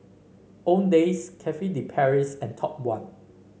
Owndays Cafe De Paris and Top One